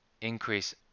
increase